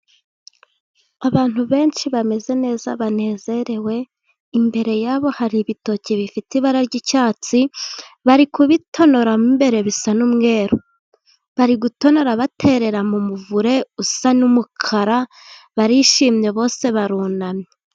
Abantu benshi bameze neza banezerewe imbere yabo hari ibitoki bifite ibara ry'icyatsi bari kubitonora mo imbere bisa n'umweru bari gutonora baterera mu muvure usa n'umukara barishimye bose barunamye.